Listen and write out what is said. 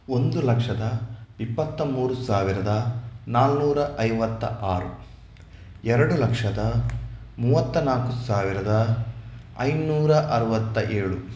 ಒಂದು ಲಕ್ಷದ ಇಪ್ಪತ್ತ ಮೂರು ಸಾವಿರದ ನಾಲ್ನೂರ ಐವತ್ತ ಆರು ಎರಡು ಲಕ್ಷದ ಮೂವತ್ತ ನಾಲ್ಕು ಸಾವಿರದ ಐನೂರ ಅರವತ್ತ ಏಳು